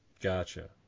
Gotcha